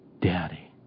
daddy